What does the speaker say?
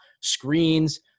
screens